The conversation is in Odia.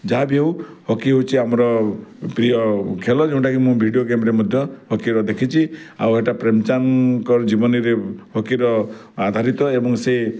ଯାହାବି ହଉ ହକି ହେଉଛି ଆମର ପ୍ରିୟ ଖେଳ ଯେଉଁଟାକି ମୁଁ ଭିଡ଼ିଓ ଗେମ୍ରେ ମଧ୍ୟ ହକିର ଦେଖିଛି ଆଉ ଏଇଟା ପ୍ରେମଚାନ୍ଦଙ୍କର ଜୀବନୀରେ ହକିର ଆଧାରିତ ଏବଂ ସେ